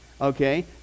okay